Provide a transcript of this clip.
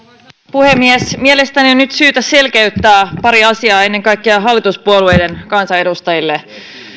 puhemies mielestäni on nyt syytä selkeyttää pari asiaa ennen kaikkea hallituspuolueiden kansanedustajille